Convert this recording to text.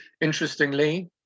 Interestingly